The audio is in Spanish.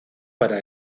para